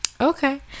Okay